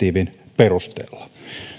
koskevan direktiivin perusteella